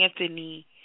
Anthony